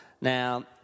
now